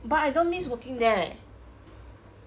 but I don't miss working there leh